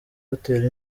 hotel